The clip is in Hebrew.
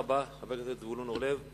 תודה רבה לחבר הכנסת זבולון אורלב.